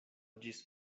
ĝis